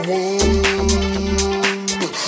one